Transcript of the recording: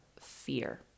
fear